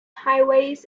highways